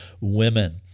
women